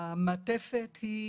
המעטפת היא